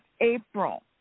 April